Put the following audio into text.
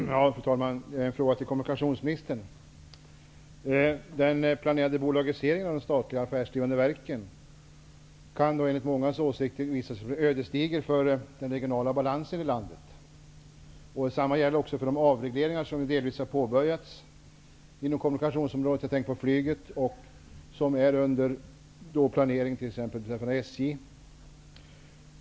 Fru talman! Jag vill ställa en fråga till kommunikationsministern. Den planerade bolagiseringen av de statliga affärsdrivande verken kan enligt många visa sig bli ödesdiger för den regionala balansen i landet. Detsamma gäller för de avregleringar som delvis har påbörjats inom kommunikationsområdet -- jag tänker på flyget -- och som är under planering vad beträffar t.ex. SJ.